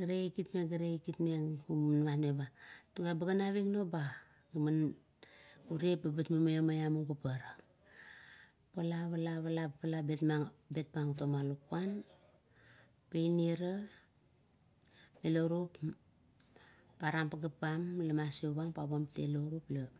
Gare gut kitmeng gare kit kilmeng, gaman eba, gan ure, bat mumaiong mialang paparak. Pala, pala bet pang toma lukuan tiara, paihia melourup, param pajeap pam, la maseu pang, pabuam telaurup la